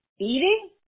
Eating